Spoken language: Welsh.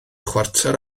chwarter